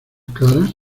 caras